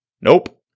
Nope